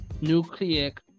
nucleic